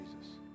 Jesus